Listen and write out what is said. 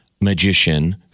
magician